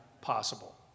possible